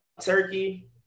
Turkey